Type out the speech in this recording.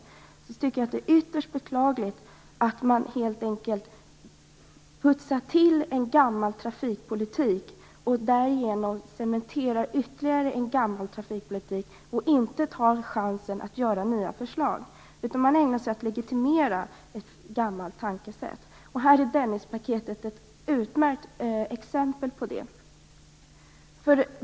Jag tycker att det är ytterst beklagligt att man helt enkelt putsar till en gammal trafikpolitik. Därigenom cementerar man ytterligare en gammal trafikpolitik och tar inte chansen att lägga fram nya förslag. Man ägnar sig åt att legitimera ett gammalt tankesätt. Dennispaketet är ett utmärkt exempel på det.